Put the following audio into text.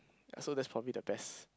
ya so that's probably the best